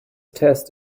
test